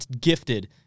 gifted